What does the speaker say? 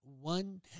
one